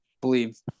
believe